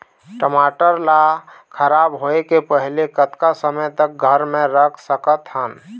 टमाटर ला खराब होय के पहले कतका समय तक घर मे रख सकत हन?